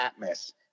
Atmos